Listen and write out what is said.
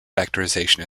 factorization